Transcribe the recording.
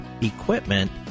equipment